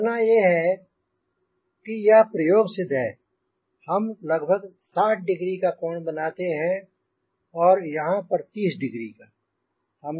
करना यह है कि यह प्रयोग सिद्ध है हम लगभग 60 डिग्री का कोण बनाते हैं और यहांँ पर 30 डिग्री का